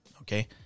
okay